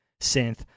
synth